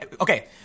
okay